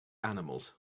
animals